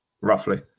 Roughly